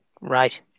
Right